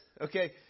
Okay